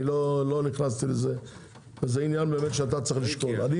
לא נכנסתי לזה זה עניין באמת שאתה צריך לשקול,